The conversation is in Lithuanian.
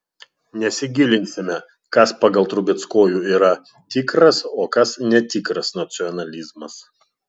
nesigilinsime kas pagal trubeckojų yra tikras o kas netikras nacionalizmas